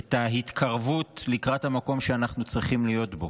את ההתקרבות לקראת המקום שאנחנו צריכים להיות בו,